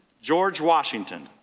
george washington,